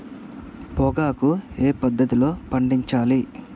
పొగాకు ఏ పద్ధతిలో పండించాలి?